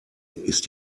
ist